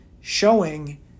showing